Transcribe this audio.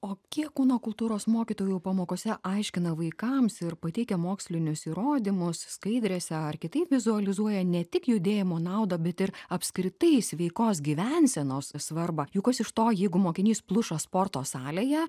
o kiek kūno kultūros mokytojų pamokose aiškina vaikams ir pateikia mokslinius įrodymus skaidrėse ar kitaip vizualizuoja ne tik judėjimo naudą bet ir apskritai sveikos gyvensenos svarbą juk kas iš to jeigu mokinys pluša sporto salėje